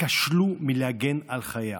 כשלו מלהגן על חייה.